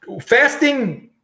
fasting